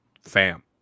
Fam